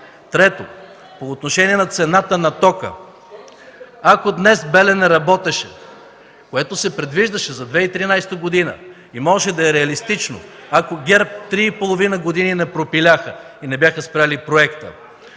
Трето, по отношение цената на тока, ако днес „Белене” работеше, което се предвиждаше за 2013 г. – и можеше да е реалистично, ако ГЕРБ три и половина години не пропиляха и не спряха проекта,